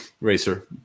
Racer